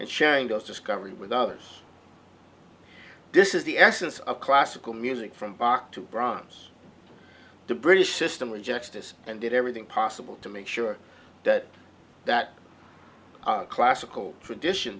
and sharing those discovery with others this is the essence of classical music from bach to brahms the british system rejects this and did everything possible to make sure that that classical tradition